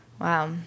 Wow